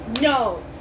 no